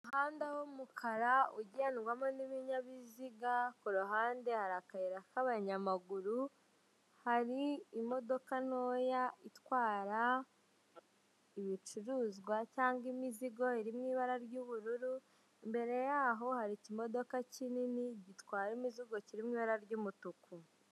Umuhanda w'umukara ugendwamo n'ibinyabiziga kuruhande hari akayira k'abanyamaguru, hari imodoka ntoya itwara ibicuruzwa cyangwa imizigo irimo ibara ry'ubururu mbere yaho hari ikimodoka kinini gitwara imizigo kirimo ibara ry'umutuku.